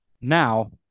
Now